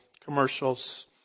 commercials